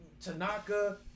Tanaka